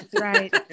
Right